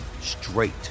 straight